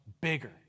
bigger